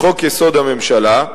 לחוק-יסוד: הממשלה,